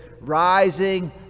rising